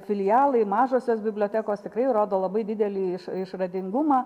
filialai mažosios bibliotekos tikrai rodo labai didelį išradingumą